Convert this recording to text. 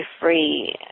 free